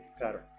pattern